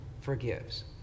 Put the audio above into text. forgives